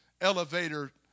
elevator